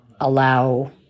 allow